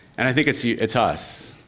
and i think it's yeah it's us,